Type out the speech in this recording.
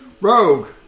Rogue